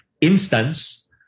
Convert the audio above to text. instance